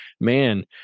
man